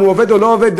אם הוא עובד או לא עובד,